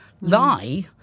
lie